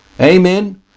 Amen